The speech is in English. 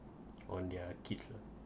on their kids